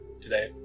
today